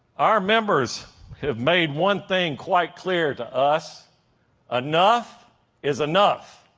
our members have made one thing quite clear to us enough is enough.